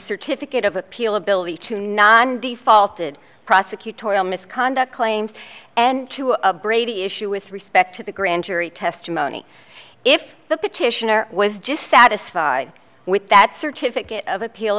certificate of appeal ability to not be faulted prosecutorial misconduct claims and to a brady issue with respect to the grand jury testimony if the petitioner was just satisfied with that certificate of appeal